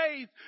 faith